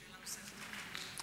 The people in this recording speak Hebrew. שאלה נוספת, אדוני.